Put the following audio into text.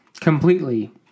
completely